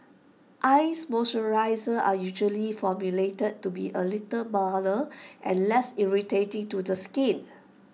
eyes moisturisers are usually formulated to be A little milder and less irritating to the skin